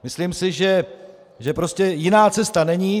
Myslím si, že prostě jiná cesta není.